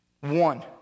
One